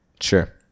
sure